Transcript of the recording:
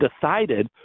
decided